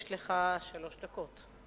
יש לך שלוש דקות.